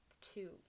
two